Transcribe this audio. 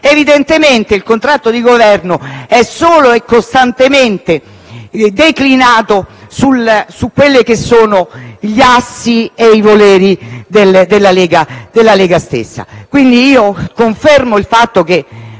Evidentemente il contratto di Governo è solo e costantemente declinato sugli assi e i voleri della Lega stessa. Confermo il fatto che